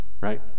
Right